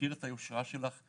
מכיר את היושרה שלך,